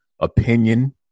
opinion